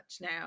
now